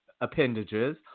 appendages